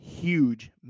huge